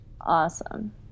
Awesome